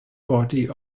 party